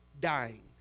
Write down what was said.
dying